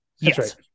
Yes